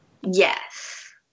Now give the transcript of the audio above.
Yes